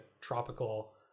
tropical